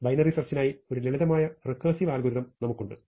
binary സെർച്ചിനായി ഒരു ലളിതമായ റെക്കേർസിവ് അൽഗോരിതം നമുക്കുണ്ട്